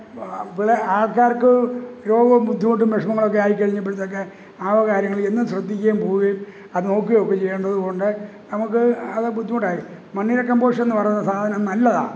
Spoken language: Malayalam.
ആൾക്കാർക്ക് രോഗവും ബുദ്ധിമുട്ടും വിഷമങ്ങളൊക്കെ ആയിക്കഴിഞ്ഞപ്പഴ്ത്തേയ്ക്ക് ആ വക കാര്യങ്ങളെന്നും ശ്രദ്ധിക്കുകയും പോവുകയും അത് നോക്കുവേക്കെ ചെയ്യണ്ടത് കൊണ്ട് നമുക്ക് അത് ബുദ്ധിമുട്ടായി മണ്ണിര കമ്പോഷെന്ന് പറയുന്ന സാധനം നല്ലതാണ്